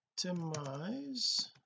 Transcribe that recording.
optimize